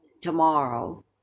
tomorrow